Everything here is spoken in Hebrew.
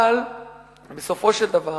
אבל בסופו של דבר,